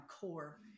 core